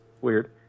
weird